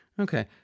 Okay